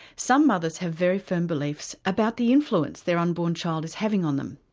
some mothers have very firm beliefs about the influence their unborn child is having on them.